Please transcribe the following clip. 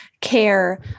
care